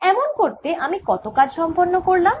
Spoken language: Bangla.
এমন করতে আমি কত কাজ সম্পন্ন করলাম